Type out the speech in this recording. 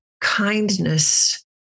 kindness